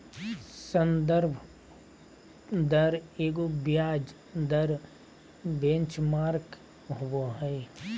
संदर्भ दर एगो ब्याज दर बेंचमार्क होबो हइ